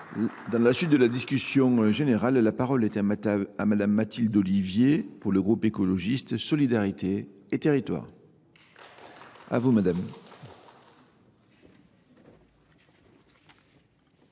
Dans la suite de la discussion générale, la parole est à madame Mathilde Olivier pour le groupe écologiste Solidarité et territoire. À vous madame.